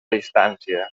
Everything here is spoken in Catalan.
distància